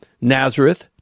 Nazareth